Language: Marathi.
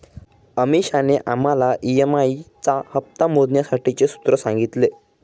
अमीषाने आम्हाला ई.एम.आई चा हप्ता मोजण्यासाठीचे सूत्र सांगितले